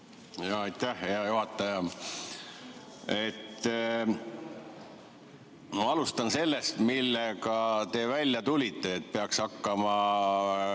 Aitäh, hea juhataja! Ma alustan sellest, millega teie välja tulite, et peaks hakkama